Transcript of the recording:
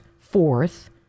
fourth